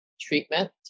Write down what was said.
treatment